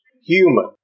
human